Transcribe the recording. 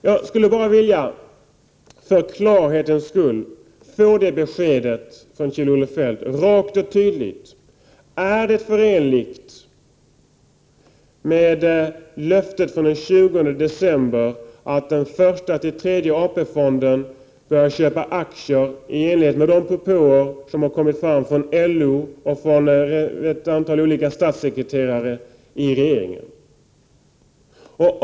Jag skulle för klarhetens skull vilja få ett rakt och tydligt besked från Kjell-Olof Feldt: Är det förenligt med löftet från den 20 december att första tilltredje AP-fonden köper aktier i enlighet med de propåer som har kommit från LO och från ett antal statssekreterare?